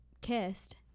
kissed